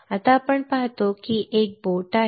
आता आपण पाहतो की एक बोट आहे